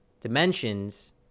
dimensions